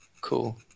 cool